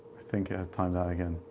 think it has timed-out again.